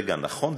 ורגע נכון,